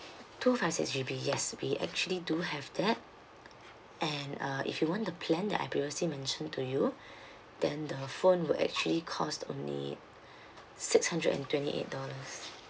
two five six G_B yes we actually do have that and uh if you want the plan that I previously mentioned to you then the phone will actually cost only six hundred and twenty eight dollars